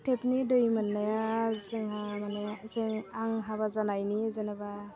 टेपनि दै मोन्नाया जोंहा माने जों आं हाबा जानायनि जेनेबा